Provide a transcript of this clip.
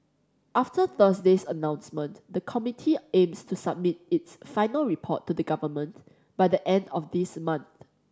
after Thursday's announcement the committee aims to submit its final report to the Government by the end of this month